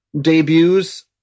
debuts